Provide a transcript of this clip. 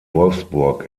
wolfsburg